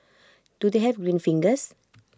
do they have green fingers